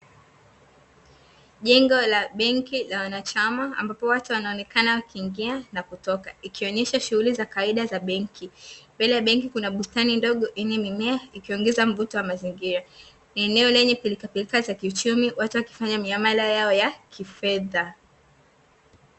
Jengo la benki la wanachama ambapo watu wanaonekana wakiingia na kutoka ikionyesha shughuli za kawaida za benki, mbele ya benki kuna bustani ndogo yenye mimea ikiongeza mvuto wa mazingira. Eneo lenye pirikaparika za kiuchumi watu wakifanya miamala yao ya kifedha.